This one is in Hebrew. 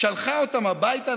שלחה אותם הביתה,